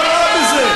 מה רע בזה?